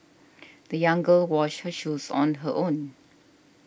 the young girl washed her shoes on her own